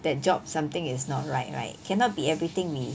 that job something is not right right cannot be everything we